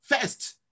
first